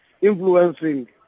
influencing